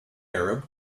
arab